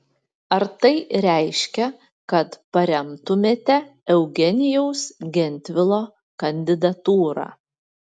ar tai reiškia kad paremtumėte eugenijaus gentvilo kandidatūrą